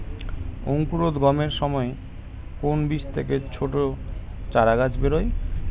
অঙ্কুরোদ্গমের সময় কোন বীজ থেকে ছোট চারাগাছ বেরোয়